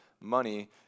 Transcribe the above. money